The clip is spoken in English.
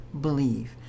believe